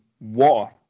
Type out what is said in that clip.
water